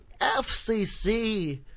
FCC